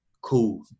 cool